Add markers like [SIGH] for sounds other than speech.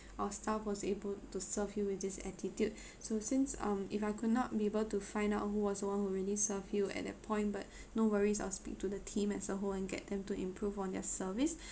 our staff was able to serve you with this attitude [BREATH] so since um if I could not be able to find out who was the one who really served you at that point but no worries I'll speak to the team as a whole and get them to improve on their service [BREATH]